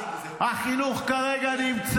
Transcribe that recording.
כרגע החינוך